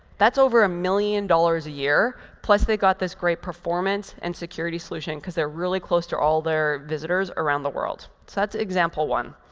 that's over one ah million dollars a year, plus they got this great performance and security solution, because they're really close to all their visitors around the world. so that's example one.